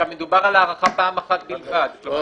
מדובר על הארכה פעם אחת בלבד.